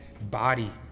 body